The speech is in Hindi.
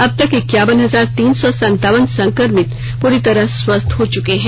अब तक इक्कावन हजार तीन चौ संतावन संक्रमित पूरी तरह स्वस्थ हो चुके हैं